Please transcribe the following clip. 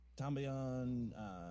Tambion